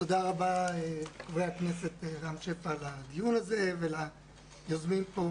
תודה רבה לחברי הכנסת וליושב-ראש רם שפע על הדיון הזה וליוזמים פה,